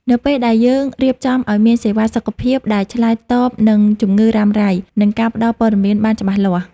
នៅពេលដែលយើងរៀបចំឱ្យមានសេវាសុខភាពដែលឆ្លើយតបនឹងជំងឺរ៉ាំរ៉ៃ និងការផ្ដល់ព័ត៌មានបានច្បាស់លាស់។